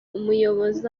umuyobozi